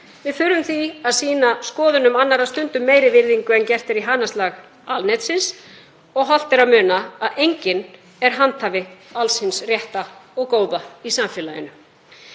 Við þurfum því að sýna skoðunum annarra stundum meiri virðingu en gert er í hanaslag alnetsins og hollt er að muna að enginn er handhafi alls hins rétta og góða í samfélaginu.